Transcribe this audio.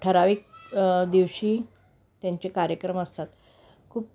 ठराविक दिवशी त्यांचे कार्यक्रम असतात खूप